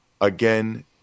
Again